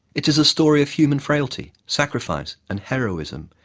it is a story of human frailty, sacrifice and heroism,